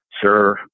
sir